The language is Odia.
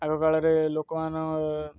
ଆଗକାଳରେ ଲୋକମାନେ